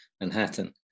Manhattan